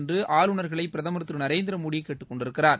என்று ஆளுநர்களை பிரதமர் திரு நரேந்திரமோடி கேட்டுக்கொண்டிருக்கிறார்